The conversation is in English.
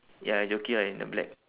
ya jockey ah in the black